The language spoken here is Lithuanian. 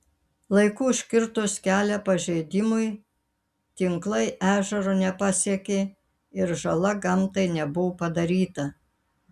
laiku užkirtus kelią pažeidimui tinklai ežero nepasiekė ir žala gamtai nebuvo padaryta